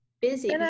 busy